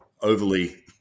overly